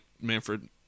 Manfred